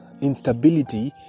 instability